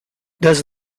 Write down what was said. does